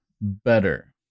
better